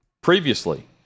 previously